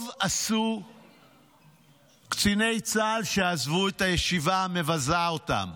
טוב עשו קציני צה"ל שעזבו את הישיבה המבזה אותם.